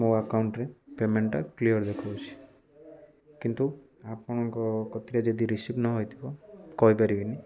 ମୋ ଆକାଉଣ୍ଟରେ ପେମେଣ୍ଟଟା କ୍ଲିଅର୍ ଦେଖାଉଛି କିନ୍ତୁ ଆପଣଙ୍କ କତିରେ ଯଦି ରିସିଭ୍ ନ ହେଇଥିବ କହିପାରିବିନି